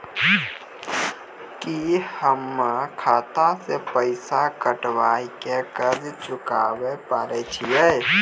की हम्मय खाता से पैसा कटाई के कर्ज चुकाबै पारे छियै?